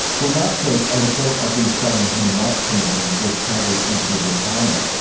well, last week a report of the australian human rights commission was tabled in federal parliament.